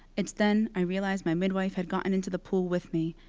it's then i realize my midwife had gotten into the pool with me,